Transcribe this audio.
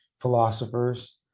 philosophers